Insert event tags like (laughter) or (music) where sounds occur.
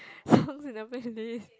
(breath) songs in a playlist